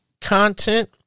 content